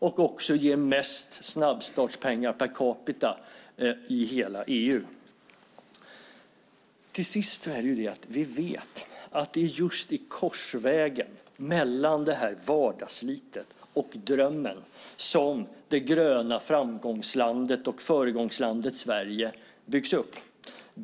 Vi ger också mest snabbstartspengar per capita i hela EU. Till sist vet vi att det är just i korsvägen mellan vardagsslitet och drömmen som det gröna framgångslandet och föregångslandet Sverige byggs upp.